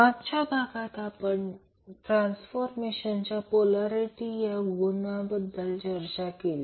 मागच्या भागात आपण ट्रान्सफॉर्मरच्या पोल्यारिटी या गुणांबद्दल चर्चा केली